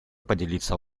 поделиться